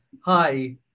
hi